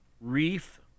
Reef